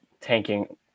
tanking